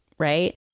Right